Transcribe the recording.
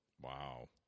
Wow